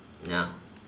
ya